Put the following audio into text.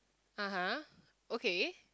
(aha) okay